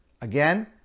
again